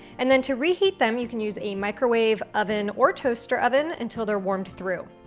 and then to reheat them, you can use a microwave oven or toaster oven until they're warmed through.